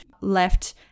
left